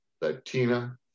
Latina